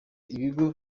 ibigo